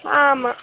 ஆமாம்